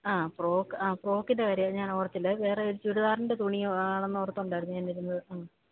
ആ ഫ്രോക്ക് ആ ഫ്രോക്കിൻ്റെ കാര്യം ഞാനോർത്തില്ല അത് വേറെയൊരു ചുരിദാറിൻ്റെ തുണിയാണെന്ന് ഓർത്തുകൊണ്ടായിരുന്നു ഞാനിരുന്നത് ഉം